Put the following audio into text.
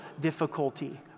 difficulty